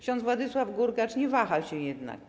Ks. Władysław Gurgacz nie wahał się jednak.